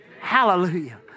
hallelujah